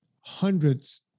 hundreds